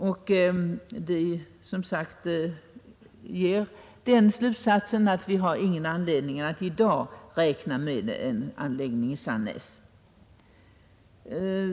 Detta leder som sagt till den slutsatsen att vi inte har anledning att i dag räkna med en anläggning i Sannäs.